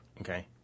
Okay